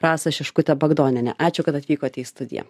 rasą šiškutę bagdonienę ačiū kad atvykote į studiją